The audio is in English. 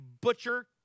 butcher